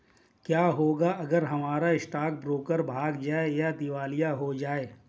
क्या होगा अगर हमारा स्टॉक ब्रोकर भाग जाए या दिवालिया हो जाये?